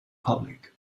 public